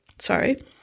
sorry